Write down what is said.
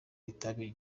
itabi